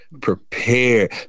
Prepare